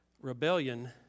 rebellion